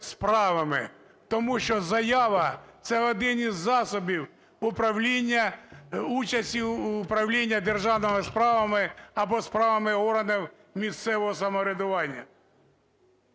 Тому що заява – це один із засобів управління… участі в управлінні державними справами або справами органів місцевого самоврядування.